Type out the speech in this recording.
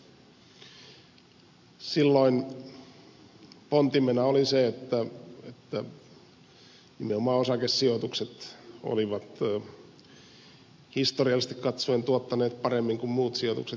silloin pontimena oli se että nimenomaan osakesijoitukset olivat historiallisesti katsoen tuottaneet paremmin kuin muut sijoitukset